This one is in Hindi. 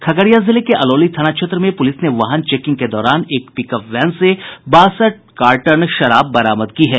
खगड़िया जिले के अलौली थाना क्षेत्र में पूलिस ने वाहन चेकिंग के दौरान एक पिकअप वैन से बासठ कार्टन विदेशी शराब बरामद की है